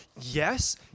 yes